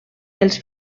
els